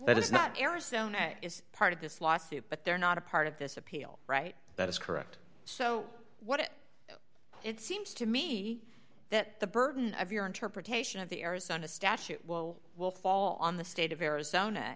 that is not arizona is part of this lawsuit but they're not a part of this appeal right that is correct so what it seems to me that the burden of your interpretation of the arizona statute will well fall on the state of arizona